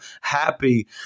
happy